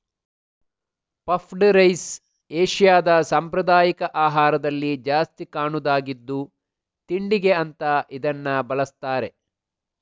puffed rice ಏಷ್ಯಾದ ಸಾಂಪ್ರದಾಯಿಕ ಆಹಾರದಲ್ಲಿ ಜಾಸ್ತಿ ಕಾಣುದಾಗಿದ್ದು ತಿಂಡಿಗೆ ಅಂತ ಇದನ್ನ ಬಳಸ್ತಾರೆ